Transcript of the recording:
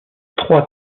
trois